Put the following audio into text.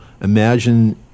imagine